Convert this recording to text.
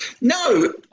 No